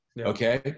okay